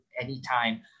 anytime